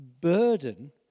burden